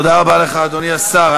תודה רבה לך, אדוני השר.